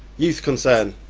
youth concern.